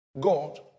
God